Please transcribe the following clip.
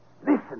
Listen